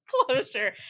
Closure